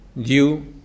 due